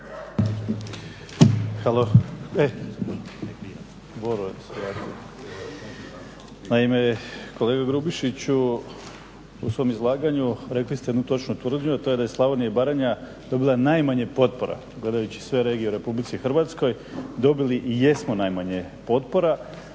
Naime, kolega Grubišiću, u svom izlaganju rekli ste jednu točnu tvrdnju, a to je da je Slavonija i Baranja dobila najmanje potpora gledajući sve regije u RH, dobili i jesmo najmanje potpora